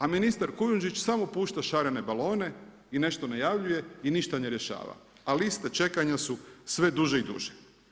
A ministar Kujundžić samo pušta šarene balone i nešto najavljuje i ništa ne rješava, a liste čekanja su sve duže i duže.